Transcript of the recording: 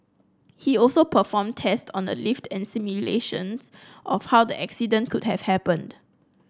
he also performed test on the lift and simulations of how the accident could have happened